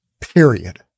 period